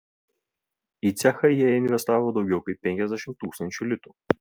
į cechą jie investavo daugiau kaip penkiasdešimt tūkstančių litų